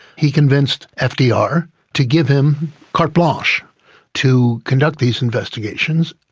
he convinced fdr to give him carte blanche to conduct these investigations.